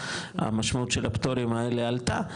המשמעות של הפטורים האלה עלתה,